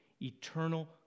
Eternal